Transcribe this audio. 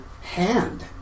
hand